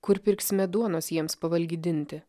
kur pirksime duonos jiems pavalgydinti